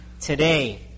today